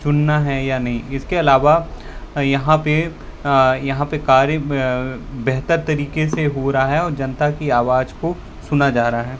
चुनना है या नहीं इसके अलावा यहाँ पे यहाँ पे कार्य बेहतर तरीके से हो रहा है और जनता की आवाज को सुना जा रहा है